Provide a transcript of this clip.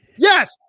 Yes